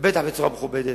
בטח בצורה מכובדת,